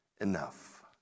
enough